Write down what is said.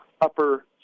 upper